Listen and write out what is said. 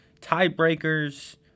tiebreakers